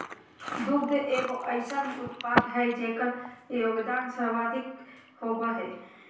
दुग्ध एगो अइसन उत्पाद हइ जेकर योगदान सर्वाधिक होबो हइ